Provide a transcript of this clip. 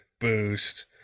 boost